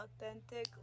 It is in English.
authentic